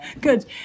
Good